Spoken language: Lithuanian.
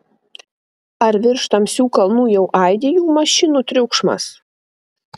ar virš tamsių kalnų jau aidi jų mašinų triukšmas